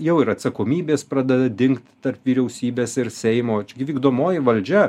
jau ir atsakomybės pradeda dingt tarp vyriausybės ir seimo čia gi vykdomoji valdžia